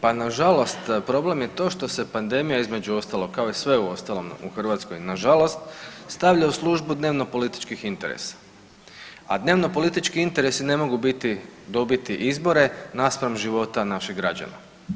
Pa nažalost problem je to što se pandemija između ostalog kao i sve uostalom u Hrvatskoj nažalost stavlja u službu dnevno političkih interesa, a dnevno politički interesi ne mogu dobiti izbore naspram života naših građana.